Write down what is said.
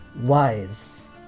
wise